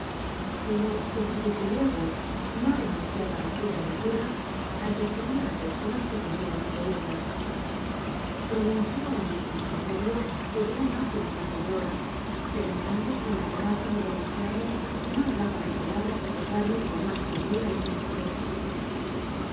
pero que si desde luego no renuncia ba a aquella locura advertiría a personas que pudieran impedirla pronunció un discurso serio que duró más de un cuarto de hora terminando con la amenaza de denunciarme si no le daba mi pala bra de portarme con más cordura y sensatez